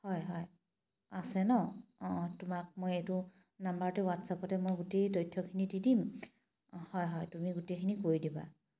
হয় হয় আছে ন অঁ তোমাক মই এইটো নাম্বাৰতে হোৱাটছাপতে গোটেই তথ্যখিনি দি দিম হয় হয় তুমি গোটেইখিনি কৰি দিবা